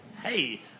Hey